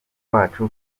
wacu